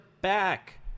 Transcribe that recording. back